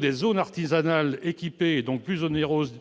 les zones artisanales, équipées et donc plus onéreuses,